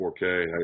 4K